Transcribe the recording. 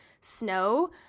snow